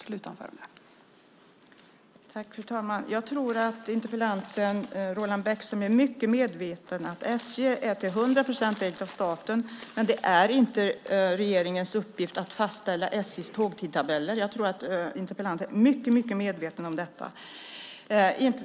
Fru talman! Jag tror att Roland Bäckman är mycket medveten om att SJ till 100 procent är ägt av staten men att det inte är regeringens uppgift att fastställa tågtidtabeller. Jag tror att interpellanten är mycket medveten om det.